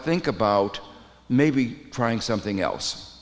think about maybe trying something else